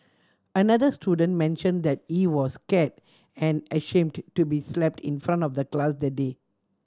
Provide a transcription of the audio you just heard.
another student mentioned that he was scared and ashamed to be slapped in front of the class that day